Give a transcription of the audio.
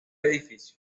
edificio